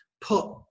put